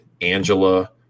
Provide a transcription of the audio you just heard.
Angela